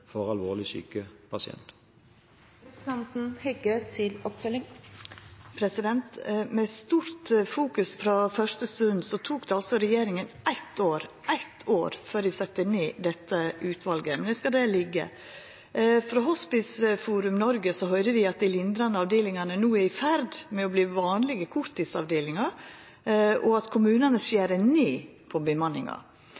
for alvorlig syke pasienter. Med stort fokus frå første stund tok det altså regjeringa eitt år – eitt år – før dei sette ned dette utvalet. Men eg skal la det liggja. Frå Hospiceforum Norge høyrer vi at dei lindrande avdelingane no er i ferd med å verta vanlege korttidsavdelingar, og at kommunane